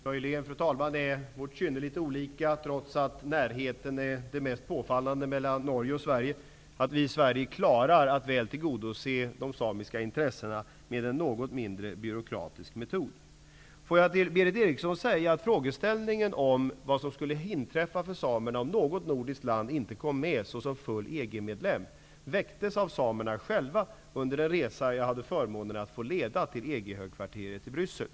Fru talman! Vårt kynne är möjligen litet olika, trots att närheten är det mest påfallande när det gäller Norge och Sverige. Vi i Sverige klarar att väl tillgodose de samiska intressena med en något mindre byråkratisk metod. Frågan om vad som skulle inträffa för samerna om något nordiskt land inte kom med i EG såsom fullvärdig EG-medlem väcktes av samerna själva under en resa till EG-högkvarteret i Bryssel, som jag hade förmånen att få leda.